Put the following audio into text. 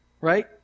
right